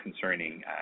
concerning